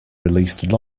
released